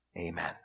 Amen